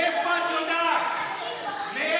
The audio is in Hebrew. את, מאיפה יודעת מה אני יודע ומה לא?